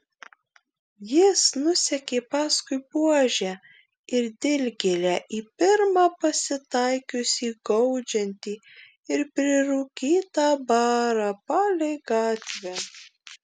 jis nusekė paskui buožę ir dilgėlę į pirmą pasitaikiusį gaudžiantį ir prirūkytą barą palei gatvę